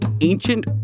ancient